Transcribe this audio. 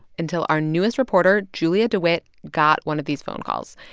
until our newest reporter, julia dewitt, got one of these phone calls.